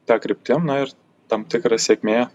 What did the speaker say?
ta kryptim nu ir tam tikra sėkmė